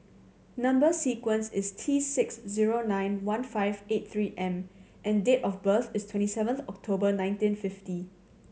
number sequence is T six zero nine one five eight Three M and date of birth is twenty seventh October nineteen fifty